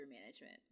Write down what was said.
management